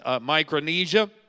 Micronesia